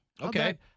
Okay